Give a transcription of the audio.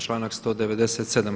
Članak 197.